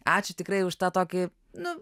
ačiū tikrai už tą tokį nu